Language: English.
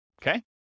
okay